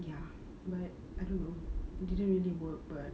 ya but I don't know didn't really work but